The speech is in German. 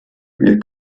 wir